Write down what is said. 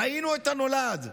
ראינו את הנולד,